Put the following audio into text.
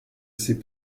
ces